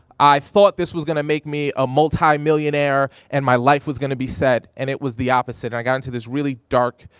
i thought this was gonna make me a multi-millionaire and my life was gonna be set, and it was the opposite. i got into this really dark,